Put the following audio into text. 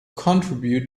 contribute